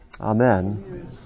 Amen